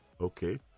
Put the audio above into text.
okay